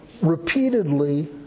repeatedly